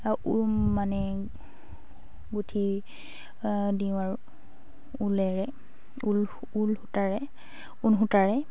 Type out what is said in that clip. মানে গুঁঠি দিওঁ আৰু ঊলেৰে ঊল ঊল সূতাৰে ঊন সূতাৰে